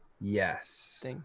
yes